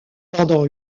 pendant